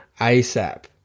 ASAP